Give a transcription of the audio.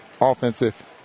offensive